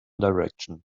direction